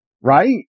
Right